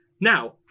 Now